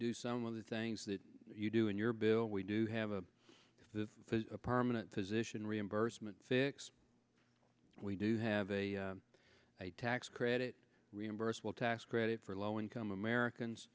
do some of the things that you do in your bill we do have a permanent position reimbursement fixed we do have a a tax credit reimburse will tax credit for low income americans